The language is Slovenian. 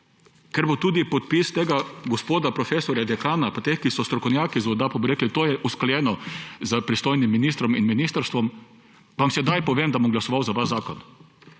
kjer bo tudi podpis tega gospoda profesorja dekana pa teh, ki so strokovnjaki za vodo, pa bodo rekli, da je to usklajeno s pristojnim ministrom in ministrstvom, vam sedaj povem, da bom glasoval za vaš zakon.